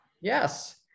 Yes